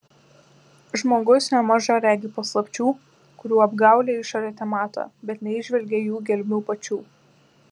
žmogus nemaža regi paslapčių kurių apgaulią išorę temato bet neįžvelgia jų gelmių pačių